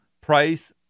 price